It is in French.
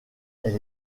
elle